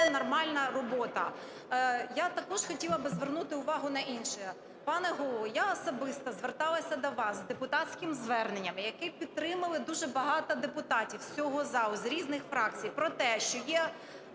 це нормальна робота. Я також хотіла би звернути увагу на інше. Пане Голово, я особисто зверталася до вас з депутатським зверненням, яке підтримало дуже багато депутатів цього залу з різних фракцій, про те, що є